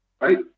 right